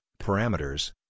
parameters